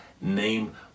name